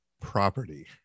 property